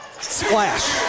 Splash